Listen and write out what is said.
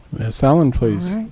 ms. allen, please.